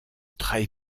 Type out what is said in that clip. très